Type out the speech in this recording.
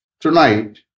tonight